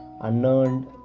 unearned